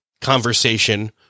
conversation